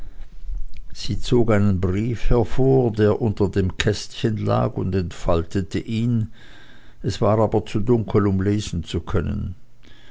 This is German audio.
sie zog einen brief hervor der unter dem kästchen lag und entfaltete ihn es war aber zu dunkel um lesen zu können